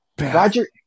Roger